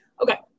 okay